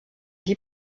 die